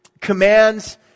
commands